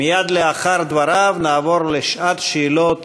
מייד לאחר דבריו נעבור לשעת שאלות